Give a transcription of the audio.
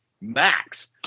Max